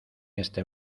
este